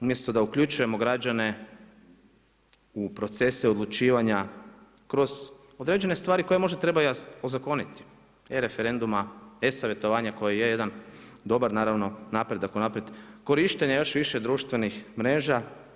Umjesto da uključujemo građane u procese odlučivanja kroz određene stvari koje možda treba ozakoniti e-referenduma, e-savjetovanja koji je jedan dobar naravno napredak unaprijed, korištenje još više društvenih mreža.